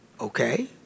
Okay